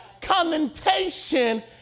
commentation